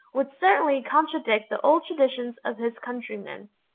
would certainly contradict the old traditions of his countrymen.